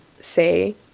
say